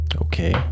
Okay